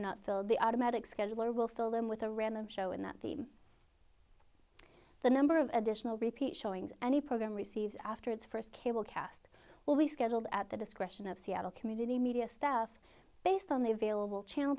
not filled the automatic scheduler will fill them with a random show and that the the number of additional repeat showings any program received after its first cable cast well we scheduled at the discretion of seattle community media staff based on the available channel